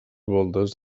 voltes